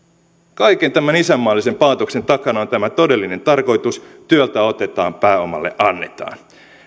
kaiken tämän isänmaallisen paatoksen takana on tämä todellinen tarkoitus työltä otetaan pääomalle annetaan